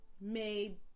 Made